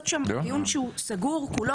--- לעשות שם דיון שהוא סגור כולו